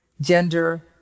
gender